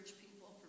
people